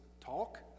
talk